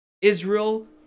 Israel